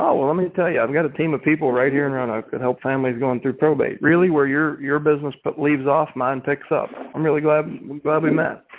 oh, well, let me tell you, i've got a team of people right here and around. ah can help families going through probate really where your your business but leaves off mine picks up. i'm really glad we but we met.